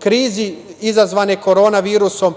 krizi izazvanoj korona virusom